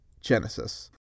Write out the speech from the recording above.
Genesis